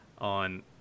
on